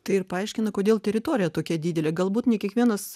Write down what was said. tai ir paaiškina kodėl teritorija tokia didelė galbūt ne kiekvienas